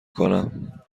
کنم